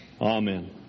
Amen